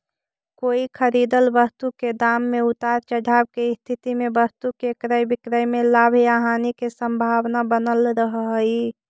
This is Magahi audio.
कोई खरीदल वस्तु के दाम में उतार चढ़ाव के स्थिति में वस्तु के क्रय विक्रय में लाभ या हानि के संभावना बनल रहऽ हई